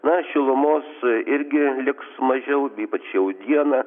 na šilumos irgi liks mažiau ypač jau dieną